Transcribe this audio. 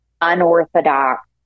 unorthodox